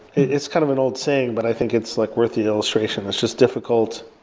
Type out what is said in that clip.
it's kind of an old saying, but i think it's like worth the illustration. it's just difficult.